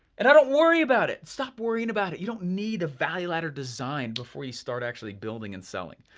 and i don't worry about it. stop worrying about it. you don't need a value ladder design before you start actually building and selling.